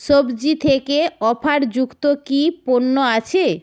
সবজি থেকে অফারযুক্ত কী পণ্য আছে